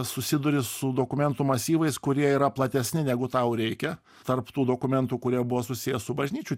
susiduri su dokumentų masyvais kurie yra platesni negu tau reikia tarp tų dokumentų kurie buvo susiję su bažnyčių